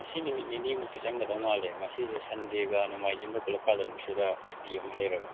ꯉꯁꯤ ꯅꯨꯃꯤꯠ ꯅꯤꯅꯤꯃꯨꯛꯇꯤ ꯆꯪꯒꯗꯧ ꯃꯥꯜꯂꯦ ꯉꯁꯤꯁꯤ ꯁꯟꯗꯦꯒ ꯅꯣꯡꯃꯥꯏꯖꯤꯡꯒ ꯄꯨꯟꯂꯞ ꯄꯥꯁꯤꯟꯕꯁꯤꯒ ꯁꯨꯇꯤ ꯑꯃꯨꯛ ꯂꯩꯔꯕ